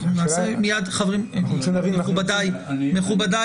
אני מסכים עם חברי, כי יכול להיות